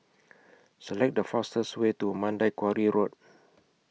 Select The fastest Way to Mandai Quarry Road